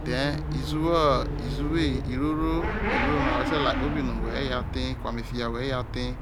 Then iziwo iziwo iroro iroro na we te lai kpobi no whe re re lau ro the kui ame fia we re re ai ro the